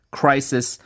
crisis